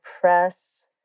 press